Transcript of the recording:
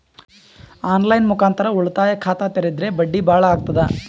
On line ಮುಖಾಂತರ ಉಳಿತಾಯ ಖಾತ ತೇರಿದ್ರ ಬಡ್ಡಿ ಬಹಳ ಅಗತದ?